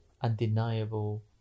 undeniable